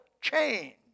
change